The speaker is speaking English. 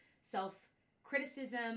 self-criticism